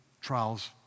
trials